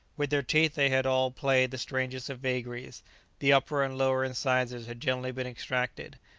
with their teeth they had all played the strangest of vagaries the upper and lower incisors had generally been extracted,